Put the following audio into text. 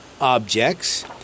objects